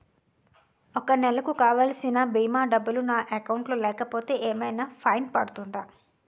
ఒక నెలకు కావాల్సిన భీమా డబ్బులు నా అకౌంట్ లో లేకపోతే ఏమైనా ఫైన్ పడుతుందా?